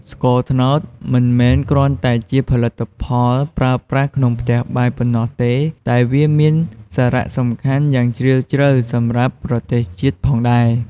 ស្ករត្នោតមិនមែនគ្រាន់តែជាផលិតផលប្រើប្រាស់ក្នុងផ្ទះបាយប៉ុណ្ណោះទេ តែវាមានសារៈសំខាន់យ៉ាងជ្រាលជ្រៅសម្រាប់ប្រទេសជាតិផងដែរ។